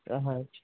ਹਾਂ